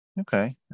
Okay